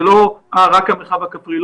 זה לא רק המרחב הכפרי,